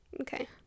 Okay